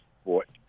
sport